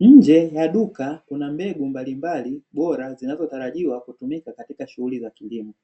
Nje ya duka kuna mbegu mbalimbali bora zinazotarajiwa kutumika katika shughuli za kilimo.